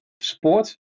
sport